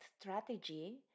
strategy